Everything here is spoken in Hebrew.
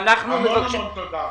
המון המון תודה.